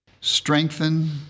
strengthen